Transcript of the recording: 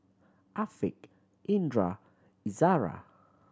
Afiq Indra Izara